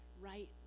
right